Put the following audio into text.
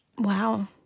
Wow